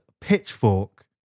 Pitchfork